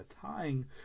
tying